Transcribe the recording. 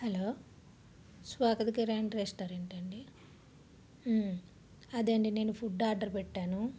hello Swagat grand రెస్టారెంటా అండి అదేనండి నేను ఫుడ్ ఆర్డర్ పెట్టాను